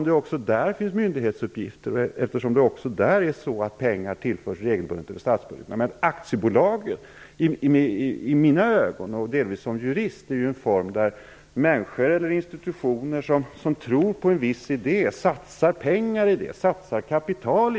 Det finns ju myndighetsuppgifter även där, och även där tillförs det regelbundet pengar över statsbudgeten. I mina ögon som jurist är aktiebolaget en form där människor eller institutioner som tror på en viss idé satsar pengar och kapital.